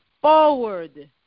forward